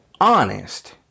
honest